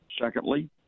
Secondly